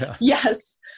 Yes